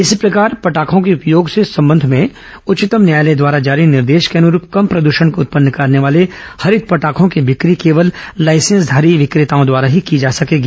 इसी प्रकार फटाखों के उपयोग के संबंध में उच्चतम न्यायालय द्वारा जारी निर्देश के अनुरूप कम प्रदूषण उत्पन्न करने वाले हरित पटाखों की बिक्री केवल लाइसेंसधारी द्रेडर्स द्वारा की जा सकेगी